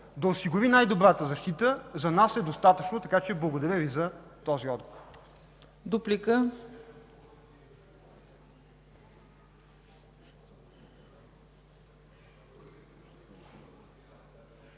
да осигури най-добрата защита, за нас е достатъчно, така че благодаря Ви за този отговор.